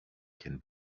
can